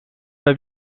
pas